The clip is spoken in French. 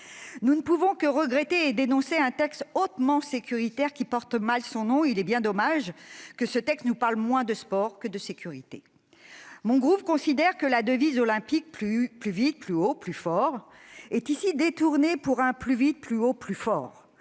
nous ne pouvons que regretter et dénoncer un texte hautement sécuritaire qui porte mal son nom, puisqu'il nous parle, hélas ! moins de sport que de sécurité. Le groupe CRCE considère que la devise olympique « Plus vite, plus haut, plus fort » est ici détournée pour un « plus vite, plus haut, plus fort »